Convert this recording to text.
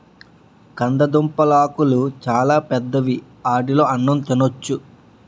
కందదుంపలాకులు చాలా పెద్దవి ఆటిలో అన్నం తినొచ్చు